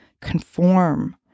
conform